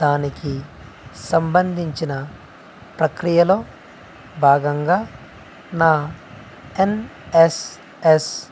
దానికి సంబంధించిన ప్రక్రియలో భాగంగా నా ఎన్ఎస్ఎస్